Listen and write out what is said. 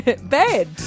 bed